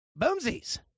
Boomsies